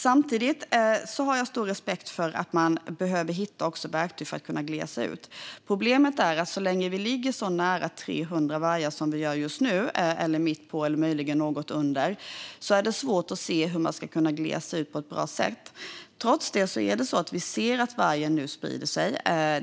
Jag har samtidigt stor respekt för att man behöver hitta verktyg för att kunna glesa ut. Problemet är att så länge vi ligger så nära 300 vargar som vi gör just nu, mitt på eller möjligen något under, är det svårt att se hur man ska kunna glesa ut på ett bra sätt. Trots detta ser vi att vargen nu sprider sig.